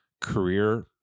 career